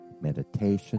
meditation